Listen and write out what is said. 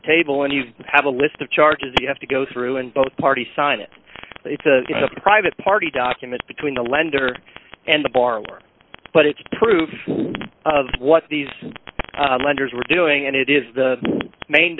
the table and you have a list of charges you have to go through and both parties sign it it's a private party document between the lender and the borrower but it's proof of what these lenders were doing and it is the main